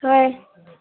ꯍꯣꯏ